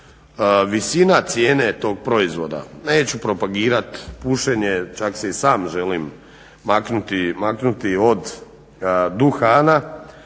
visina cijene tog proizvoda, neću propagirat pušenje, čak se i sam želim maknuti od duhana,